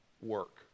work